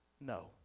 No